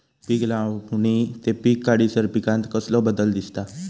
पीक लावणी ते पीक काढीसर पिकांत कसलो बदल दिसता?